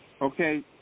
Okay